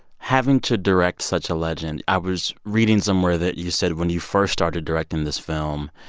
having to direct such a legend i was reading somewhere that you said when you first started directing this film,